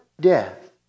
death